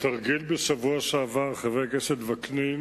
התרגיל בשבוע שעבר, חבר הכנסת וקנין,